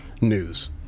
news